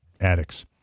addicts